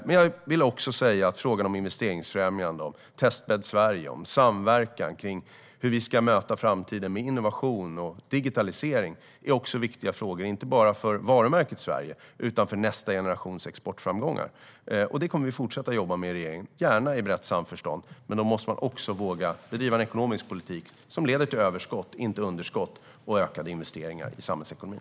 Men jag vill också säga att frågorna om investeringsfrämjande, om Testbädd Sverige och om samverkan kring hur vi ska möta framtiden med innovation och digitalisering är viktiga frågor, inte bara för varumärket Sverige utan också för nästa generations exportframgångar. Detta kommer vi att fortsätta att jobba med i regeringen, gärna i brett samförstånd, men då måste man våga bedriva en ekonomisk politik som leder till överskott, inte underskott, och ökade investeringar i samhällsekonomin.